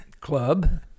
Club